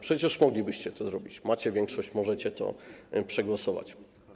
Przecież moglibyście to zrobić, macie większość, możecie to przegłosować.